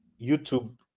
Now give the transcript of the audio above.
YouTube